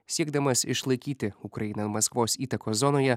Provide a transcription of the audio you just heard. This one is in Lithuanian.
siekdamas išlaikyti ukrainą maskvos įtakos zonoje